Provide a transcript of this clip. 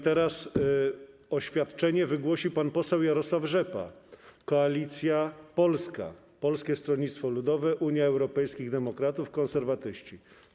Teraz oświadczenie wygłosi pan poseł Jarosław Rzepa, Koalicja Polska - Polskie Stronnictwo Ludowe, Unia Europejskich Demokratów, Konserwatyści.